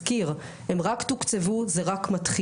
נזכיר, הן רק תוקצבו, זה רק מתחיל.